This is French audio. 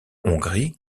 hongrie